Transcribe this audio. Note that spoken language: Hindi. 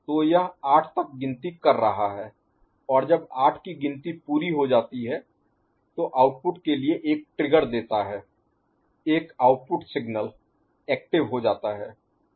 तो यह आठ तक की गिनती कर रहा है और जब आठ की गिनती पूरी हो जाती है तो आउटपुट के लिए एक ट्रिगर देता है एक आउटपुट सिग्नल एक्टिव Active सक्रिय हो जाता है